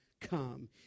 come